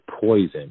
poison